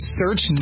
search